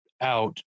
out